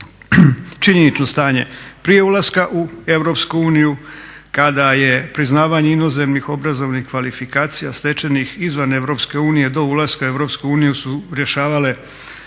činjenično stanje prije ulaska u EU kad je priznavanje inozemnih obrazovnih kvalifikacija stečenih izvan EU do ulaska u EU su rješavale